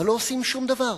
אבל לא עושים שום דבר,